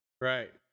Right